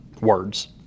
words